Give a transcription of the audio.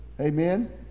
Amen